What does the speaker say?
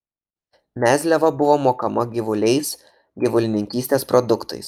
mezliava buvo mokama gyvuliais gyvulininkystės produktais